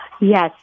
Yes